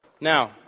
Now